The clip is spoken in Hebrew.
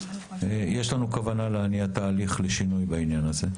יש לנו כוונה להניע תהליך לשינוי בעניין הזה.